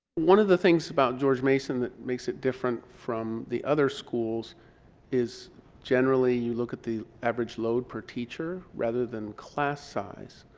one of the things about george mason that makes it different from the other schools is generally you look at the average load per teacher rather than class size.